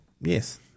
yes